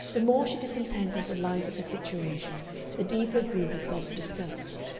the more she disentangled the lines of her situation the deeper grew her self-disgust.